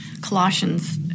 Colossians